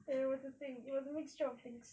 mm was a thing it was a mixture of things